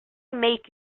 make